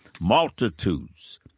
Multitudes